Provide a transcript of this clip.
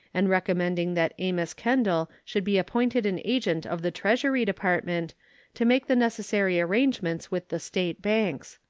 and recommending that amos kendall should be appointed an agent of the treasury department to make the necessary arrangements with the state banks.